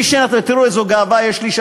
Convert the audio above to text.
תראו איזה גאווה יש לי,